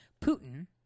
Putin